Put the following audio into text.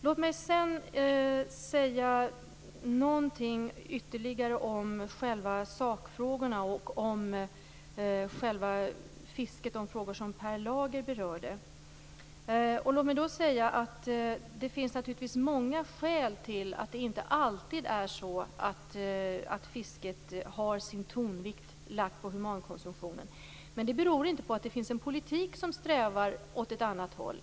Låt mig sedan säga någonting ytterligare om själva sakfrågorna vad beträffar fisket - de frågor som Per Lager berörde. Det finns naturligtvis många skäl till att fiskets tonvikt inte alltid är lagd på humankonsumtion. Det beror inte på att det finns en politik som strävar åt ett annat håll.